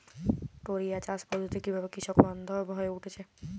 টোরিয়া চাষ পদ্ধতি কিভাবে কৃষকবান্ধব হয়ে উঠেছে?